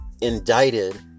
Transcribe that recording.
indicted